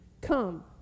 Come